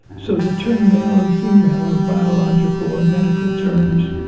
so the term male and female are biological or medical terms.